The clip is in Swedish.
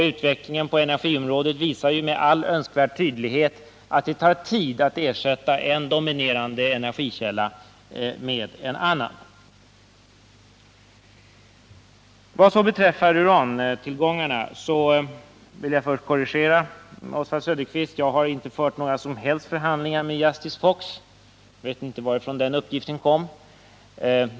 Utvecklingen på energiområdet visar med all önskvärd tydlighet att det tar tid att ersätta en dominerande energikälla med en annan. Vad beträffar urantillgångarna vill jag först korrigera vad Oswald Söderqvist sade. Jag har inte fört några som helst förhandlingar med Russel Fox. Jag vet inte varifrån den uppgiften kommer.